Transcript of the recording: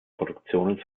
produktionen